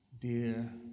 dear